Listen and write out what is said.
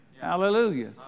Hallelujah